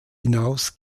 hinaus